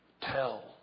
tell